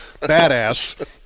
badass